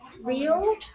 real